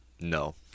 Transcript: no